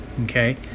Okay